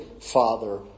father